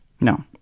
No